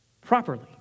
properly